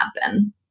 happen